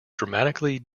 dramatically